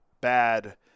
Bad